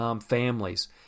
families